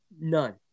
none